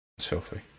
Selfie